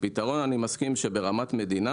אני מסכים שברמת מדינה,